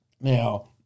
Now